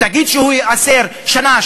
תגיד שהוא ייאסר שנה,